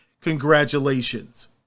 congratulations